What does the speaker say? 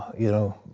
you know,